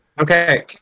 Okay